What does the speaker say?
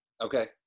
Okay